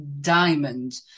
diamond